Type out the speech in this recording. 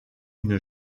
une